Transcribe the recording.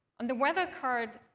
on the weather card,